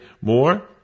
more